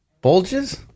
Bulges